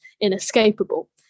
inescapable